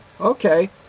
okay